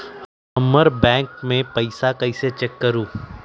हमर बैंक में पईसा कईसे चेक करु?